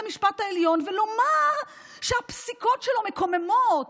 המשפט העליון ולומר שהפסיקות שלו מקוממות